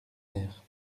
air